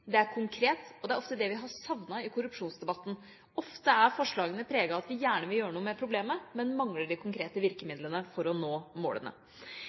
det er konkret, og det er ofte det vi har savnet i korrupsjonsdebatten. Ofte er forslagene preget av at vi gjerne vil gjøre noe med problemet, men mangler de konkrete virkemidlene for å nå målene.